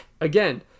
again